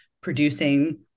producing